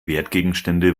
wertgegenstände